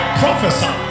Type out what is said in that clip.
prophesy